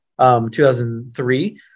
2003